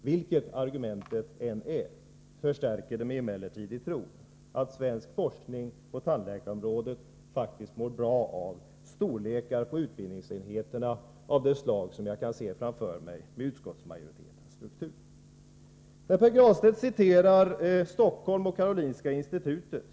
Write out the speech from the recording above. Vilket argumentet än är förstärker det mig i tron att svensk forskning på tandläkarområdet faktiskt mår bra av så stora utbildningsenheter som jag kan se framför mig att vi får enligt utskottsmajoritetens förslag. Pär Granstedt åberopar Stockholm och Karolinska institutet.